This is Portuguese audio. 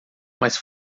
mas